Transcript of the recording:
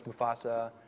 Mufasa